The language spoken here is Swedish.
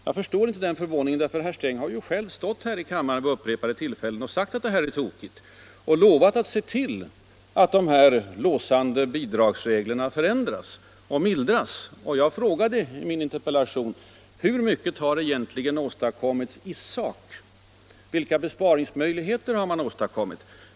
Jag förstår inte förvåningen, därför att herr Sträng ju själv vid upprepade tillfällen stått här i kammaren och sagt att detta var tokigt och lovat att se till att de låsande bidragsreglerna förändrades och mildrades. Jag frågade i min interpellation: Hur mycket har egentligen åstadkommits i sak? Vilka besparingsmöjligheter har man åstadkommit?